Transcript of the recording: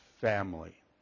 family